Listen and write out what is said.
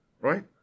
right